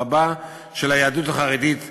רבה של היהדות החרדית בארץ,